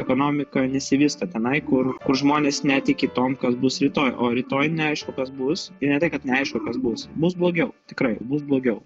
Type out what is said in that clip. ekonomika nesivysto tenai kur kur žmonės netiki tuom kad bus rytoj o rytoj neaišku kas bus ir ne tai kad neaišku kas bus bus blogiau tikrai bus blogiau